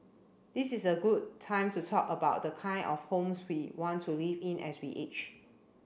this is a good time to talk about the kind of homes we want to live in as we age